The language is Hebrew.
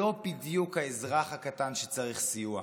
לא בדיוק האזרח הקטן שצריך סיוע.